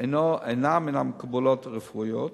אינה מן המקובלות הרפואיות,